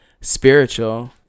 Spiritual